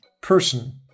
person